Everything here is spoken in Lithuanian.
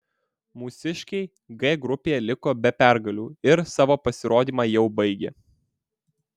mūsiškiai g grupėje liko be pergalių ir savo pasirodymą jau baigė